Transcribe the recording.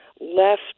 left